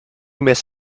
miss